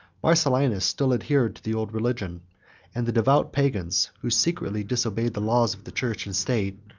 marcellinus still adhered to the old religion and the devout pagans, who secretly disobeyed the laws of the church and state,